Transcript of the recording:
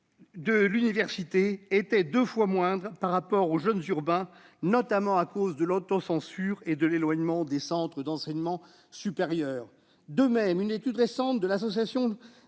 universitaire est deux fois moindre par rapport à celle des jeunes urbains, notamment à cause de l'autocensure et de l'éloignement des centres d'enseignement supérieur. De même, une étude récente de l'Association